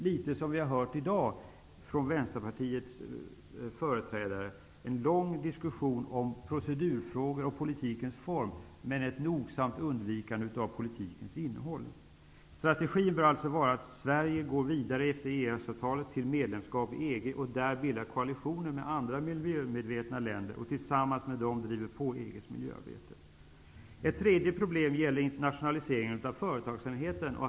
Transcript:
Vi har i dag hört Vänsterpartiets företrädare i en lång diskusson om procedurfrågor och politikens former, med ett nogsamt undvikande av politikens innehåll. Strategin bör alltså vara att Sverige går vidare efter EES-avtalet till medlemskap i EG och i EG bildar koalitioner med andra miljömedvetna länder och tillsammans med dem driver på EG:s miljöarbete. Ett tredje problem gäller internationaliseringen av företagsamheten.